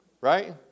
right